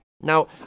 Now